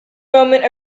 moment